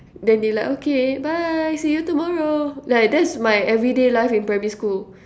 then they like okay bye see you tomorrow like that's my everyday life in primary school